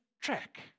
track